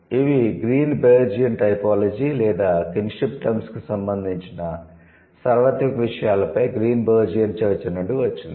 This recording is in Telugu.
ఇవి గ్రీన్బెర్జియన్ టైపోలాజీ లేదా 'కిన్షిప్ టర్మ్స్'కు సంబంధించిన సార్వత్రిక విషయాలపై గ్రీన్బెర్జియన్ చర్చ నుండి వచ్చింది